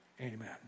Amen